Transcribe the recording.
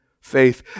faith